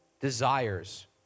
desires